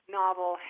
novel